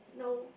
no